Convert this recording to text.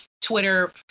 Twitter